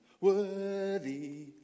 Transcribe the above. Worthy